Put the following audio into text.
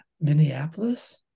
Minneapolis